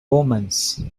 omens